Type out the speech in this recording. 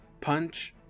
punch